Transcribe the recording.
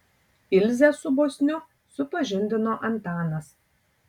ilzę su bosniu supažindino antanas